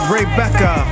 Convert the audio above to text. Rebecca